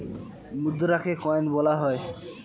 মুদ্রাকে coin বলা হয়